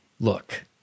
look